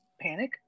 panic